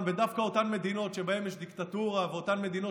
ודווקא אותן מדינות שבהן יש דיקטטורה ואותן מדינות